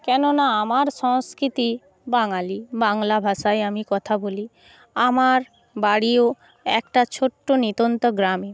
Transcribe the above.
কেননা আমার সংস্কৃতি বাঙালি বাংলা ভাষায় আমি কথা বলি আমার বাড়িও একটা ছোট্ট নিতন্ত গ্রামে